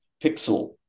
pixel